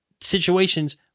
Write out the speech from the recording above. situations